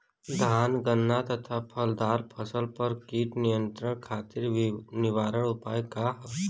धान गन्ना तथा फलदार फसल पर कीट नियंत्रण खातीर निवारण उपाय का ह?